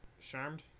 Charmed